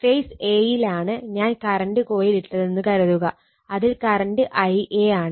face a യിലാണ് ഞാൻ current coil ഇട്ടതെന്ന് കരുതുക അതിൽ കറണ്ട് Ia ആണ്